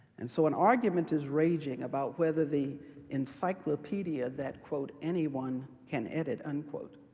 and so an argument is raging about whether the encyclopedia that quote, anyone can edit, unquote,